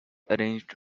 arranged